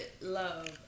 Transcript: love